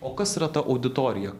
o kas yra ta auditorija